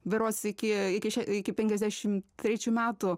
berods iki iki še iki penkiasdešimt trečių metų